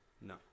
No